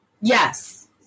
yes